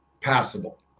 passable